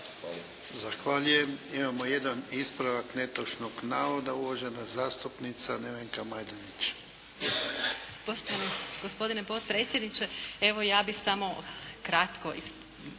Zahvaljujem. Imamo jedan ispravak netočnog navoda. Uvažena zastupnica Nevenka Majdenić.